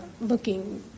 looking